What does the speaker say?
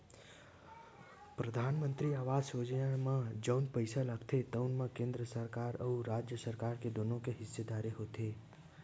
परधानमंतरी आवास योजना म जउन पइसा लागथे तउन म केंद्र सरकार अउ राज सरकार दुनो के हिस्सेदारी होथे